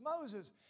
Moses